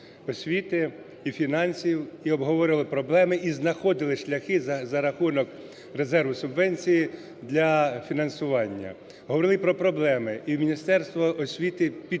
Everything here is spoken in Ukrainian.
освіти і фінансів, і обговорювали проблеми, і знаходили шляхи за рахунок резерву субвенції для фінансування, говорили про проблеми. І Міністерство освіти підтримало